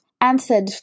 answered